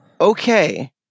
Okay